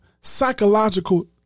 psychological